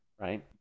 right